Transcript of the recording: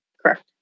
Correct